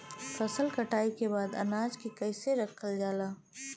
फसल कटाई के बाद अनाज के कईसे रखल जाला?